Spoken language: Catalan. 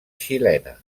xilena